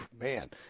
man